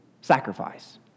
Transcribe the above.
sacrifice